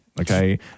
Okay